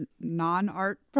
non-art